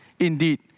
Indeed